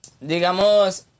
digamos